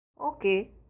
Okay